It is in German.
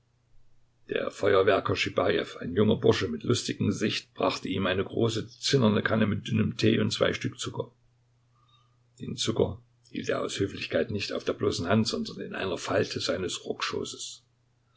der feuerwerker schibajew ein junger bursche mit lustigem gesicht brachte ihm eine große zinnerne kanne mit dünnem tee und zwei stück zucker den zucker hielt er aus höflichkeit nicht auf der bloßen hand sondern in einer falte seines